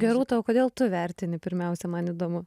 gerūta o kodėl tu vertini pirmiausia man įdomu